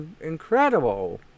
incredible